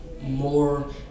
more